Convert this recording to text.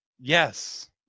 Yes